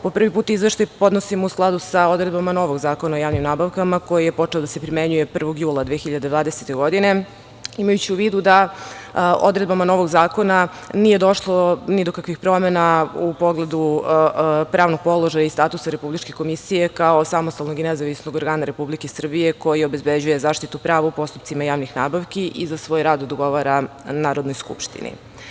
Prvi put izveštaj podnosimo u skladu sa odredbama novog Zakona o javnim nabavkama koji je počeo da se primenjuje 1. jula 2020. godine, imajući u vidu da odredbama novog zakona nije došlo ni do kakvih promena u pogledu pravnog položaja i statusa Republičke komisije kao samostalnog i nezavisnog organa Republike Srbije koji obezbeđuje zaštitu prava u postupcima javnih nabavki i za svoj rad odgovara Narodnoj skupštini.